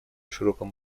широком